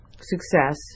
success